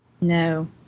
No